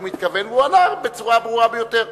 והוא אמר בצורה ברורה ביותר.